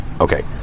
Okay